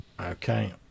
Okay